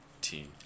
team